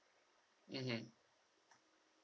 mmhmm